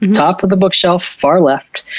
top of the bookshelf, far left.